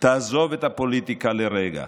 תעזוב את הפוליטיקה לרגע,